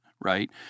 right